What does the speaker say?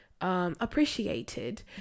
appreciated